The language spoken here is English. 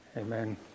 Amen